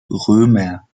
römer